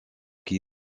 qui